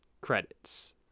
credits